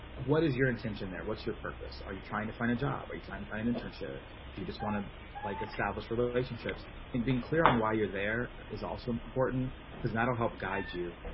what is your intention there. what's your purpose. are you trying to find a job are you trying to find internships or do you just want to like establish relationships think being clear on why you're there is also important because that'll help guide you